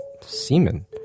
semen